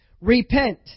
Repent